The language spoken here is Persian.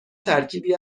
ترکیبی